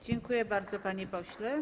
Dziękuję bardzo, panie pośle.